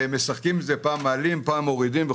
משחקים עם זה פעם מעלים ופעם מורידים.